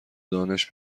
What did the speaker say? دانش